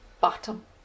bottom